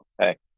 Hey